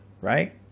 Right